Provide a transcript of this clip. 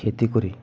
খেতি কৰি